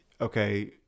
okay